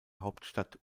hauptstadt